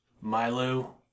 Milo